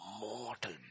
Mortal